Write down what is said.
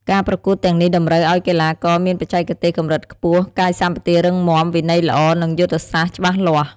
ការប្រកួតទាំងនេះតម្រូវឱ្យកីឡាករមានបច្ចេកទេសកម្រិតខ្ពស់ កាយសម្បទារឹងមាំ វិន័យល្អ និងយុទ្ធសាស្ត្រច្បាស់លាស់។